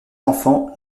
enfants